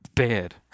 Bad